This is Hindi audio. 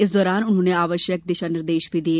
इस दौरान उन्होंने आवश्यक निर्देश भी दिए